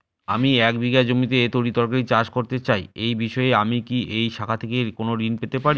আমি এক বিঘা জমিতে তরিতরকারি চাষ করতে চাই এই বিষয়ে আমি কি এই শাখা থেকে কোন ঋণ পেতে পারি?